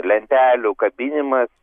lentelių kabinimas